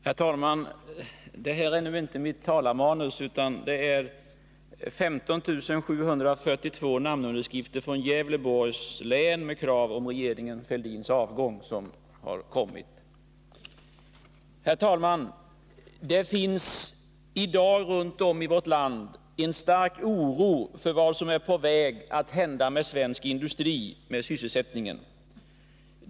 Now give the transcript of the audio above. Herr talman! Den stora bunt papper ni ser bredvid mig är inte mitt talarmanus, utan 15 742 namnunderskrifter från Gävleborgs län med krav på regeringen Fälldins avgång. Det finns i dag runt om i vårt land en stark oro för vad som är på väg att hända med svensk industri, med sysselsättningen.